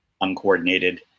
uncoordinated